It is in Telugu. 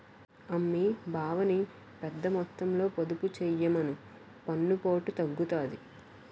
అమ్మీ బావని పెద్దమొత్తంలో పొదుపు చెయ్యమను పన్నుపోటు తగ్గుతాది